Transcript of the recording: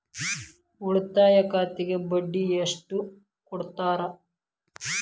ಉಳಿತಾಯ ಖಾತೆಗೆ ಬಡ್ಡಿ ಎಷ್ಟು ಕೊಡ್ತಾರ?